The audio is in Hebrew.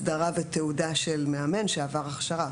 הסדרה ותעודה של מאמן שעבר הכשרה.